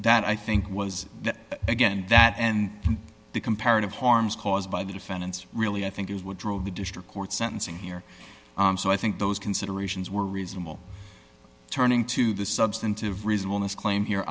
that i think was that again that and the comparative harms caused by the defendants really i think is what drove the district court sentencing here so i think those considerations were reasonable turning to the substantive reasonable this claim here